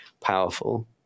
powerful